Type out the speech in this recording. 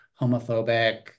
homophobic